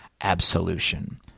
Absolution